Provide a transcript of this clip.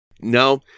Now